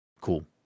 Cool